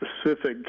specific